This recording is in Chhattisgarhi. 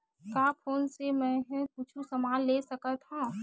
का फोन से मै हे कुछु समान ले सकत हाव का?